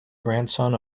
grandson